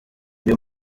uyu